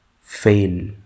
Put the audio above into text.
fail